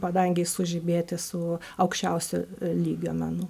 padangėj sužibėti su aukščiausio lygio menu